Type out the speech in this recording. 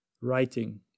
writing